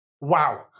Wow